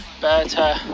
Better